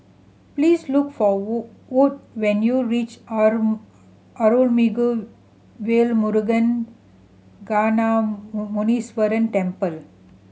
please look for Wood when you reach Are Arulmigu Velmurugan Gnanamuneeswarar Temple